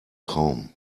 traum